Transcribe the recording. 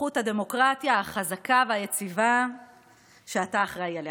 בזכות הדמוקרטיה החזקה והיציבה שאתה אחראי לה.